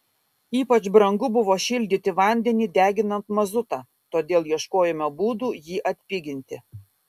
ypač brangu buvo šildyti vandenį deginant mazutą todėl ieškojome būdų jį atpiginti